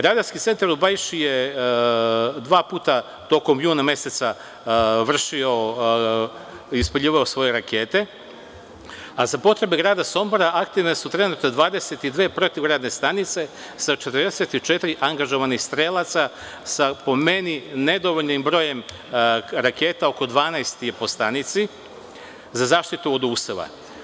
Radarski centar u Bajši je dva puta tokom juna meseca vršio, ispaljivao svoje rakete, a za potrebe grada Sombora aktivne su trenutno 22 protivgradne stanice sa 44 angažovnih strelaca sa po meni nedovoljnim brojem raketa, oko 12 po stanici za zaštitu od useva.